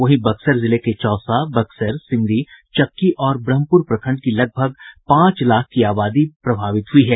वहीं बक्सर जिले के चौसा बक्सर सिमरी चक्की और ब्रह्मपुर प्रखंड की लगभग पांच लाख की आबादी प्रभावित हुयी है